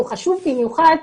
והוא חשוב במיוחד,